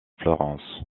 florence